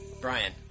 Brian